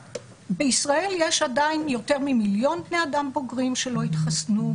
בישראל יש עדין יותר ממיליון בני אדם בוגרים שלא התחסנו,